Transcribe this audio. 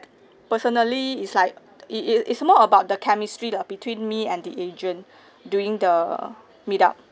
personally is like it it it's more about the chemistry uh between me and the agent during the meet up